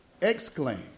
exclaim